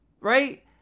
right